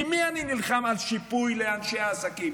עם מי אני נלחם לשיפוי לאנשי העסקים?